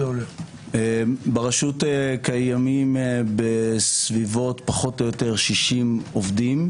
ברשות קיימים כ-60 עובדים.